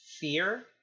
fear